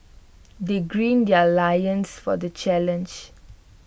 they gird their loins for the challenge